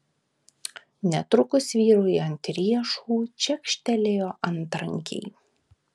netrukus vyrui ant riešų čekštelėjo antrankiai